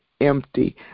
empty